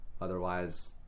Otherwise